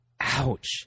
Ouch